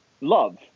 love